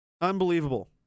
Unbelievable